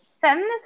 Feminist